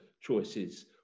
choices